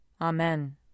Amen